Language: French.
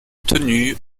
tenue